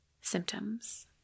symptoms